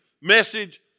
message